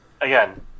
again